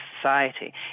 society